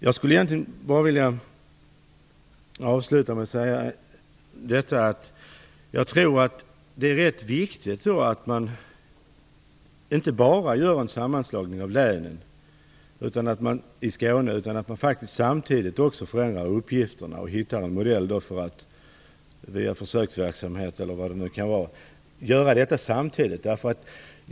Jag skulle vilja avsluta med att säga att jag tror att det är rätt viktigt att man inte bara gör en sammanslagning av länen i Skåne utan att man samtidigt också förändrar uppgifterna. Det är viktigt att man hittar en modell för att, via försöksverksamhet eller vad det nu kan vara, göra detta samtidigt.